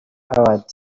award